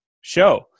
show